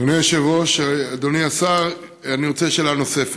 אדוני היושב-ראש, אדוני השר, שאלה נוספת: